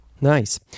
Nice